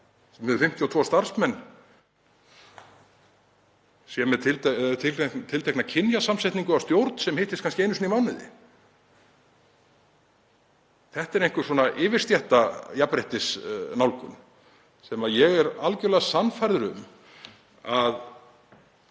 sem hefur 52 starfsmenn, sé með tiltekna kynjasamsetningu í stjórn sem hittist kannski einu sinni í mánuði. Þetta er einhver svona yfirstéttarjafnréttisnálgun. Ég er algerlega sannfærður um að